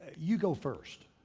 you go first.